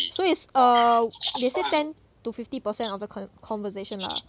so is err they say ten to fifty percent of the conver~ conversation lah